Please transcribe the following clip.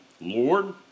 Lord